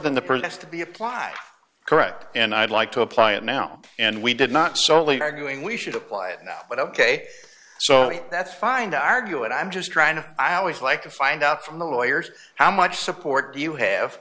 than the protests to be apply correct and i'd like to apply it now and we did not solely arguing we should apply it now but ok so that's fine the argue and i'm just trying to i always like to find out from the lawyers how much support do you have